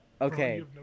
Okay